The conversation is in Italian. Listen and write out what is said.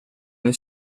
nel